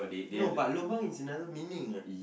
no but lobang is another meaning ah